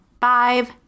five